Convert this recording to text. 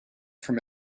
from